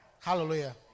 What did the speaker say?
Hallelujah